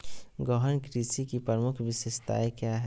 गहन कृषि की प्रमुख विशेषताएं क्या है?